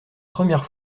première